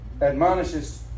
admonishes